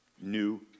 new